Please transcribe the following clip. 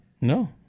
No